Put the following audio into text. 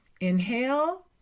Inhale